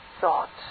thoughts